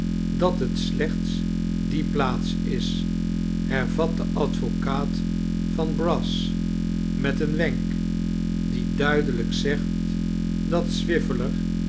dat het slechts die plaats is hervat de advocaat van brass met een wenk die duidelijk zegt dat